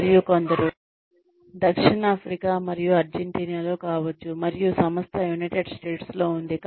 మరియు కొందరు దక్షిణాఫ్రికా మరియు అర్జెంటీనా లో కావచ్చు మరియు సంస్థ యునైటెడ్ స్టేట్స్లో ఉంది